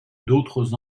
d’autres